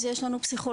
אז יש לנו פסיכולוגים,